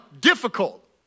difficult